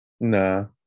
No